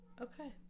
Okay